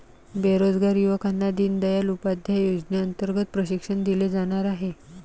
बेरोजगार युवकांना दीनदयाल उपाध्याय योजनेअंतर्गत प्रशिक्षण दिले जाणार आहे